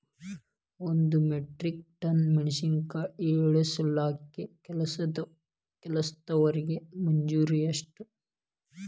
ಒಂದ್ metric ton ಮೆಣಸಿನಕಾಯಿ ಇಳಸಾಕ್ ಕೆಲಸ್ದವರ ಮಜೂರಿ ಎಷ್ಟ?